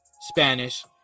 Spanish